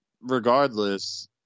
regardless